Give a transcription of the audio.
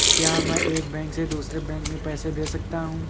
क्या मैं एक बैंक से दूसरे बैंक में पैसे भेज सकता हूँ?